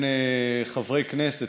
בין חברי כנסת,